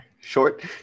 short